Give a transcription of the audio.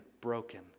broken